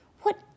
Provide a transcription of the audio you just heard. What